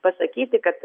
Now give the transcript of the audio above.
pasakyti kad